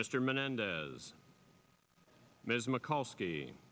mr menendez ms mccall ski